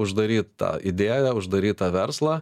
uždaryt tą idėją uždaryt tą verslą